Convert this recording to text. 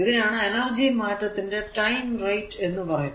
ഇതിനെയാണ് എനർജി മാറ്റത്തിന്റെ time rate എന്ന് പറയുന്നത്